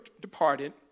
departed